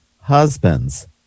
Husbands